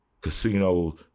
casino